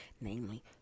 namely